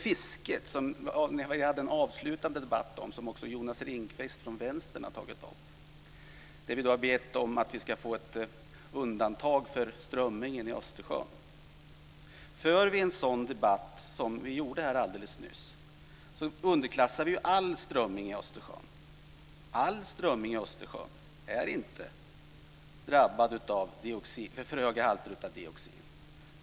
Vi hade en avslutande debatt om fisket, som också Jonas Ringqvist från Vänstern har tagit upp, där vi har bett om att vi ska få ett undantag för strömmingen i Östersjön. För vi en sådan debatt som vi gjorde här nyss underklassar vi ju all strömming i Östersjön. All strömming i Östersjön är inte drabbad av för höga halter av dioxin.